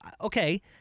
Okay